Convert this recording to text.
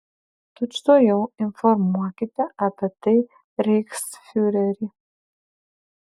tučtuojau informuokite apie tai reichsfiurerį